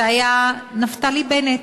זה היה נפתלי בנט